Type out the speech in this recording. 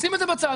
שים את זה בצד.